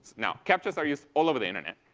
now, captchas are used all over the internet.